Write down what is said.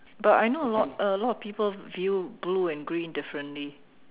but I know a lot a lot of people view blue and green differently